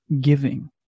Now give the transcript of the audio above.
giving